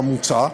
כמוצע,